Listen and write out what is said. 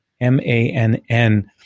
M-A-N-N